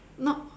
not